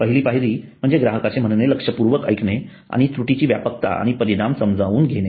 पहिली पायरी म्हणजे ग्राहकांचे म्हणणे लक्षपूर्वक ऐकणे आणि त्रुटीची व्यापकता आणि परिणाम समजून घेणे